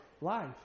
life